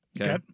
Okay